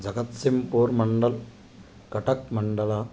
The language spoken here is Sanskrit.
जगत्सिंहपुर्मण्डल् कटक्मण्डल